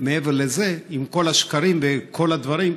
מעבר לזה, עם כל השקרים וכל הדברים,